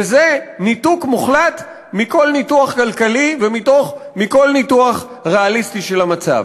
וזה ניתוק מוחלט מכל ניתוח כלכלי ומכל ניתוח ריאליסטי של המצב.